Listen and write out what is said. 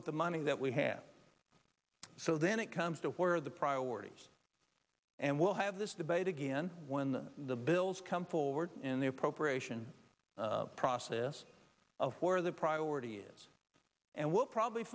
with the money that we have so then it comes to where the priorities and we'll have this debate again when the bills come forward in the appropriation process of where the priority is and will probably